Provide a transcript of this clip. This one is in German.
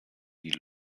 die